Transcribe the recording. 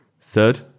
Third